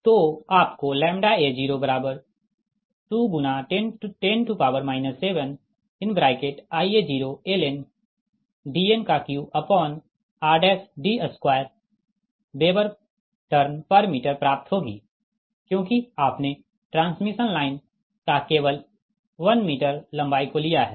तो आपको a02×10 7Ia0 ln Dn3rD2 Wb Tm प्राप्त होगी क्योंकि आपने ट्रांसमिशन लाइन का केवल 1 मीटर लंबाई को लिया है